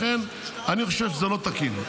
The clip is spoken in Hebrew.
אני חושב שזה לא תקין.